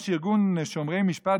יש ארגון שומרי משפט,